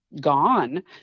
gone